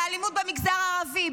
באלימות במגזר הערבי,